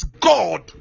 God